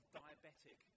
diabetic